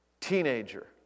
teenager